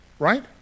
right